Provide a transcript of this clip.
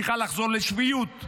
צריכה לחזור לשפיות,